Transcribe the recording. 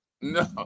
No